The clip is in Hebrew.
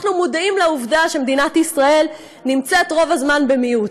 אנחנו מודעים לעובדה שמדינת ישראל נמצאת רוב הזמן במיעוט.